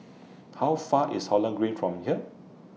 How Far IS Holland Green from here